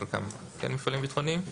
חלקם הם כן מפעלים ביטחוניים,